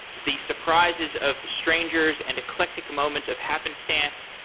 the surprises of strangers, and eclectic moments of happenstance,